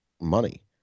money